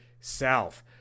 South